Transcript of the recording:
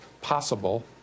possible